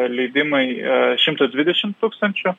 leidimai šimtui dvidešimt tūkstančių